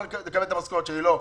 אני מקבל את המשכורת שלי לא,